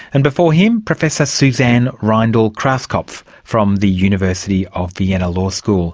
and before him professor susanne reindl-krauskopf from the university of vienna law school